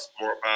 more